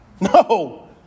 No